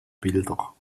bilder